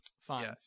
Fine